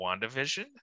WandaVision